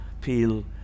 peel